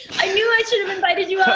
i knew i should have invited you